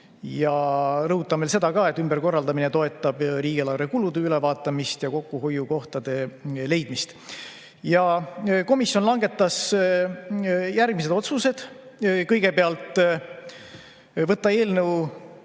Ja rõhutan veel seda ka, et ümberkorraldamine toetab riigieelarve kulude ülevaatamist ja kokkuhoiukohtade leidmist. Komisjon langetas järgmised otsused. Kõigepealt, võtta eelnõu